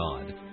God